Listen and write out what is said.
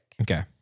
Okay